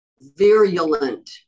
virulent